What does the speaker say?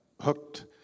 Hooked